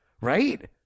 Right